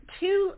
two